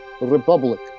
Republic